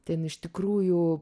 ten iš tikrųjų